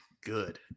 good